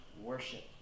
worship